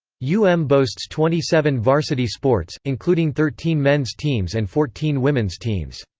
u m boasts twenty seven varsity sports, including thirteen men's teams and fourteen women's teams.